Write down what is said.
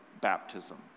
baptism